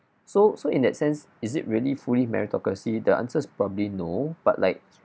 so so in that sense is it really fully meritocracy the answers is probably no but like